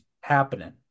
happening